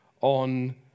on